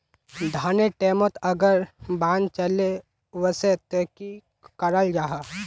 धानेर टैमोत अगर बान चले वसे ते की कराल जहा?